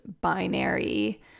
binary